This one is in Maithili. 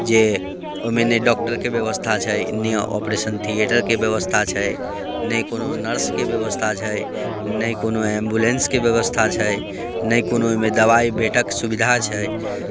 जे ओहिमे ने डाक्टरके व्यवस्था छै ने ऑपरेशन थियेटरके व्यवस्था छै ने कोनो नर्सके व्यवस्था छै ने कोनो एम्बुलेन्सके व्यवस्था छै नहि कोनो ओहिमे दबाइ भेटक सुविधा छै